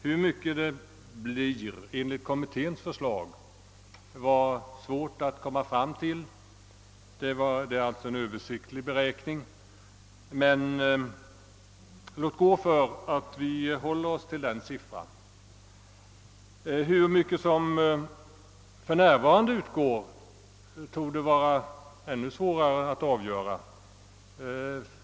Hur mycket det blir enligt kommitténs förslag var det svårt att komma fram till. Det är alltså en ungefärlig beräkning, men låt gå för att vi håller oss till dessa siffror. Vad som för närvarande utgår torde vara ännu svårare att avgöra.